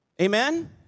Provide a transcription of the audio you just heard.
Amen